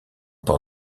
port